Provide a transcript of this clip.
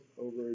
over